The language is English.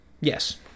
yes